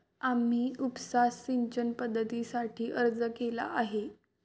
आम्ही उपसा सिंचन पद्धतीसाठी अर्ज केला आहे